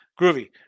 groovy